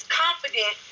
confident